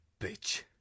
bitch